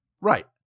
Right